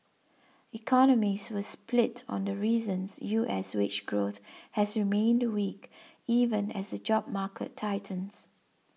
economists were split on the reasons U S wage growth has remained weak even as the job market tightens